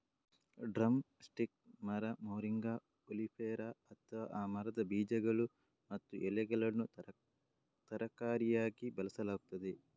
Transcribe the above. drum stick ಮರ, moringa oleifera, ಅಥವಾ ಆ ಮರದ ಬೀಜಗಳು ಮತ್ತು ಎಲೆಗಳನ್ನು ತರಕಾರಿಯಾಗಿ ಬಳಸಲಾಗುತ್ತದೆ